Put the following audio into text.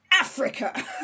africa